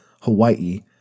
Hawaii